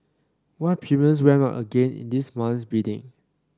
why premiums went up again in this month's bidding